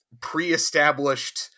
pre-established